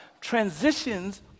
transitions